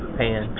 pan